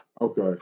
Okay